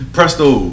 Presto